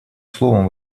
словом